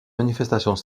manifestations